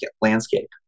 landscape